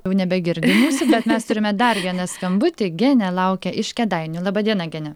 jau nebegirdi mūsų bet mes turime dar vieną skambutį genė laukia iš kėdainių laba diena gene